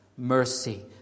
Mercy